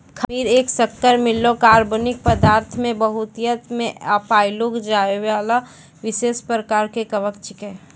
खमीर एक शक्कर मिललो कार्बनिक पदार्थ मे बहुतायत मे पाएलो जाइबला विशेष प्रकार के कवक छिकै